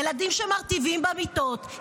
ילדים שמרטיבים במיטות,